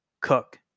cook